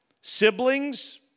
siblings